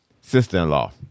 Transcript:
Sister-in-law